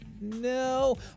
no